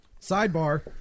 Sidebar